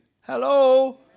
Hello